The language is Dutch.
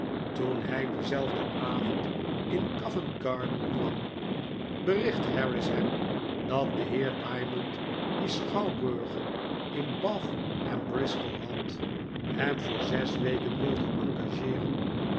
toen hij dienzelfden avond in covent-garden kwam berichtte harris hem dat de heer diamond die schouwburgen in bath en bristol had hem voor zes weken wilde engageeren